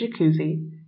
jacuzzi